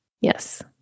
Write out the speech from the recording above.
yes